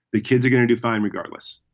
the kids are going to do fine regardless.